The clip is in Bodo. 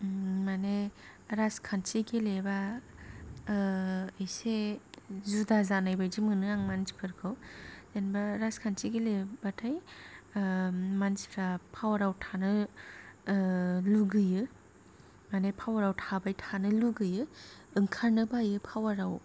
माने राजखान्थि गेलेबा एसे जुदा जानाय बायदि मोनो आं मानसिफोरखौ जेनेबा राजखान्थि गेले बाथाय मानसिफ्रा पावाराव थानो लुगैयो माने पावाराव थाबाय थानो लुगैयो ओंखारनो बायो पावाराव